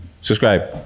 subscribe